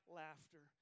laughter